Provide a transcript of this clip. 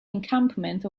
encampment